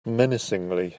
menacingly